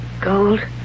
Gold